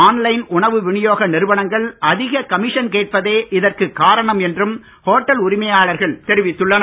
on line உணவு விநியோக நிறுவனங்கள் அதிக கமிஷன் கேட்பதே இதற்கு காரணம் என்றும் ஓட்டல் உரிமையாளர்கள் தெரிவித்துள்ளனர்